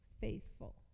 faithful